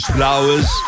Flowers